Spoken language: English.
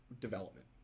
development